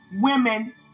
Women